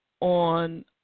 on